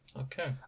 Okay